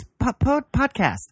podcast